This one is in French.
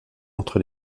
entre